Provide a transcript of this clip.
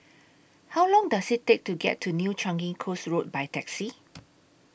How Long Does IT Take to get to New Changi Coast Road By Taxi